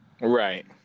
Right